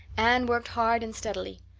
anne worked hard and steadily.